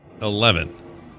Eleven